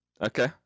Okay